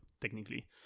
technically